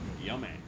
Yummy